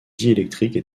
diélectrique